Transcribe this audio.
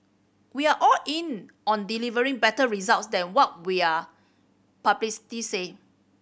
we are all in on delivering better results than what we're public said